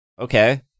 Okay